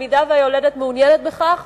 במידה שהיולדת מעוניינת בכך,